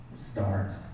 starts